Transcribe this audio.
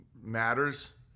matters